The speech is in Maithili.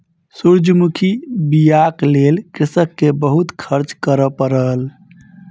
सूरजमुखी बीयाक लेल कृषक के बहुत खर्च करअ पड़ल